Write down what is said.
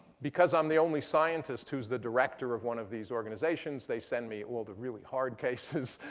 because i'm the only scientist who's the director of one of these organizations, they send me all the really hard cases,